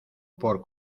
por